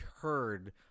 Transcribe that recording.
heard